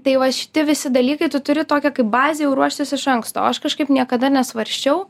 tai va šiti visi dalykai tu turi tokią kaip bazę jau ruoštis iš anksto o aš kažkaip niekada nesvarsčiau